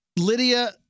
Lydia